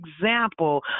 example